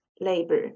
labor